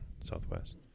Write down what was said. southwest